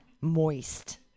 moist